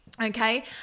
Okay